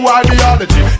ideology